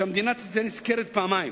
אני חושב שהמדינה תצא נשכרת פעמיים.